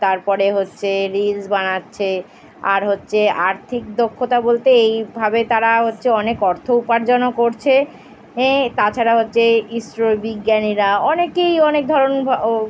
তার পরে হচ্ছে রিলস বানাচ্ছে আর হচ্ছে আর্থিক দক্ষতা বলতে এইভাবে তারা হচ্ছে অনেক অর্থ উপার্জনও করছে এ তাছাড়া হচ্ছে ইসরোর বিজ্ঞানীরা অনেকেই অনেক ধরন ও